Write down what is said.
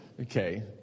Okay